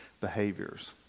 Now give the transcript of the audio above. behaviors